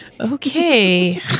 Okay